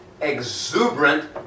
exuberant